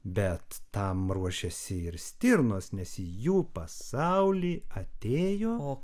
bet tam ruošiasi ir stirnos nes į jų pasaulį atėjo